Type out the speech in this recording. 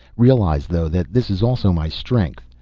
realize though, that this is also my strength.